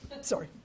sorry